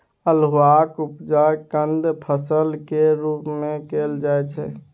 अल्हुआक उपजा कंद फसल केर रूप मे कएल जाइ छै